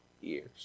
years